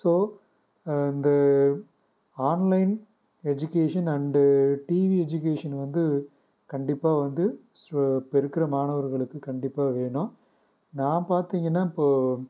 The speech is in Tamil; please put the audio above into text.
ஸோ அந்த online education and TV education வந்து கண்டிப்பாக வந்து ச்சுர் இப்போ இருக்கிற மாணவர்களுக்கு கண்டிப்பாக வேணும் நான் பார்த்தீங்கன்னா இப்போ